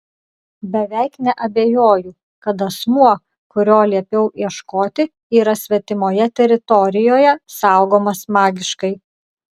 beveik neabejoju kad asmuo kurio liepiau ieškoti yra svetimoje teritorijoje saugomas magiškai